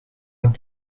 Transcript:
het